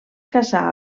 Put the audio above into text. caçar